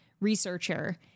researcher